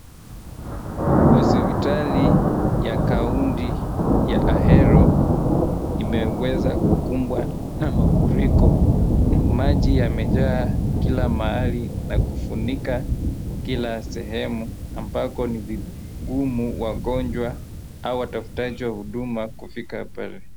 Hospitali ya kaunti ya Ahero, imeweza kukumbwa na mafuriko, maji yamejaa kila mahali na kufunika kila sehemu, ambako ni vigumu wagonjwa au watafutaji wa huduma kufika pale.